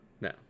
no